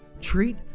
Treat